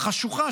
החשוכה,